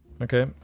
Okay